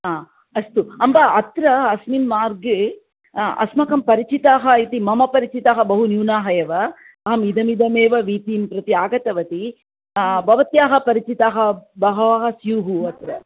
हा अस्तु अम्ब अत्र अस्मिन् मार्गे अस्माकं परिचिताः इति मम परिचिताः बहु न्यूनाः एव अहम् इदमिदमेव वीथीं प्रति आगतवती भवत्याः परिचिताः बहवः स्युः अत्र